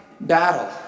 battle